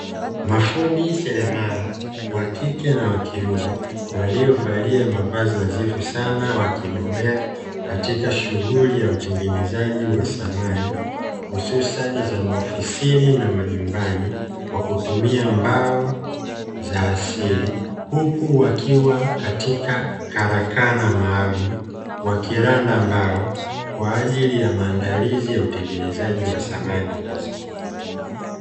Mafundi seremala wa kike na wa kiume waliovalia mavazi nadhifu sana, wakibobea katika shughuli ya utengenezaji wa samani hususani za maofisini na majumbani, kwa kutumia mbao za asili, huku wakiwa katika karakana maalumu, wakiranda mbao kwa ajili ya maandalizi ya utengenezaji wa samani hizo.